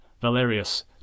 Valerius